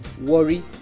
Worry